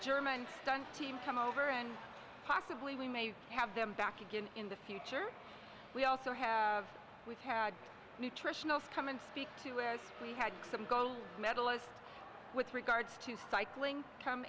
german stunt team come over and possibly we may have them back again in the future we also have had nutritional come in speak to where we had some gold medalist with regards to cycling